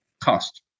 cost